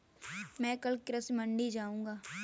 मैं कल कृषि मंडी जाऊँगा